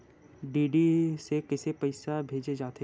DD से कइसे पईसा भेजे जाथे?